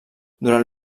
durant